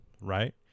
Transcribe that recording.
right